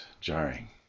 Jarring